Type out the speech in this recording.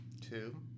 two